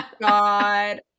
god